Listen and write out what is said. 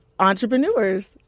entrepreneurs